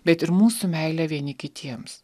bet ir mūsų meilę vieni kitiems